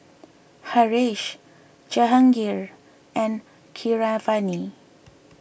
Haresh Jehangirr and Keeravani